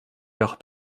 leur